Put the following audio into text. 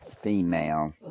female